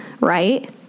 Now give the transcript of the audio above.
Right